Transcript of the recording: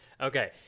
Okay